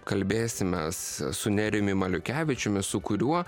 kalbėsimės su nerijumi maliukevičiumi su kuriuo